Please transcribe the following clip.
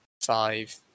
five